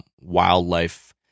wildlife